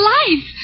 life